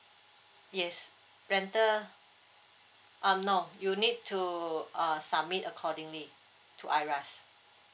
yes rental uh no you need to uh submit accordingly to iras